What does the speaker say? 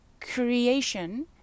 creation